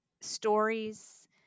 stories